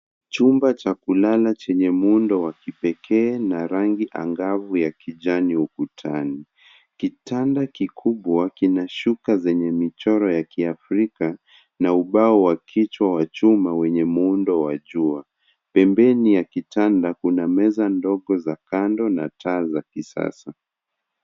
Chumba cha kulala chenye muundo wa kipekee na rangi angavu ya kijani ukutani kitanda kikubwa kina shuka zenye michoro ya kiafrika na ubao wa kichwa wa chuma wenye ni muundo wa jua pembeni ya kitanda kuna meza ndogo za kando na taa za kisasa.